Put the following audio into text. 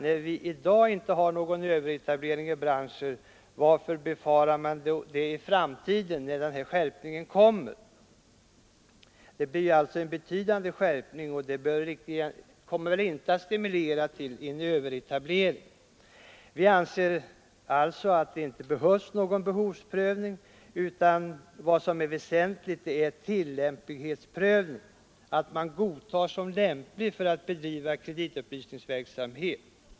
När vi i dag inte har någon överetablering i branschen, varför befarar man det i framtiden när denna skärpning kommer. Det blir alltså en betydande skärpning, och denna kommer väl inte att stimulera till en överetablering. Vi anser alltså att det inte behövs någon behovsprövning. Vad som är väsentligt är lämplighetsprövningen, dvs. att man godtas som lämplig att bedriva kreditupplysningsverksamhet.